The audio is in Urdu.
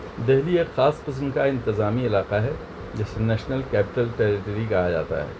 دہلی ایک خاص قسم کا انتظامی علاقہ ہے جسے نیشنل کیپٹل ٹیریٹری کہایا جاتا ہے